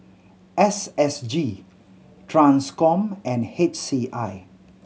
S S G Transcom and H C I